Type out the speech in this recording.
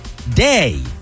Day